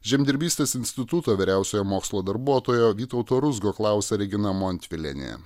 žemdirbystės instituto vyriausiojo mokslo darbuotojo vytauto ruzgo klausia regina montvilienė